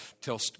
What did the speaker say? tell